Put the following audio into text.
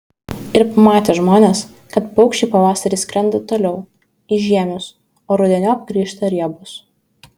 ir pamatė žmonės kad paukščiai pavasarį skrenda toliau į žiemius o rudeniop grįžta riebūs